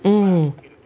mm